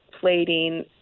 plating